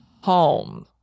home